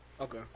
Okay